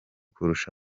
kurusha